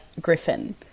Griffin